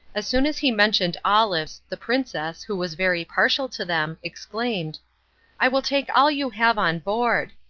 as soon as he mentioned olives, the princess, who was very partial to them, exclaimed i will take all you have on board.